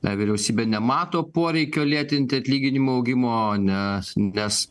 vyriausybė nemato poreikio lėtinti atlyginimų augimo nes nes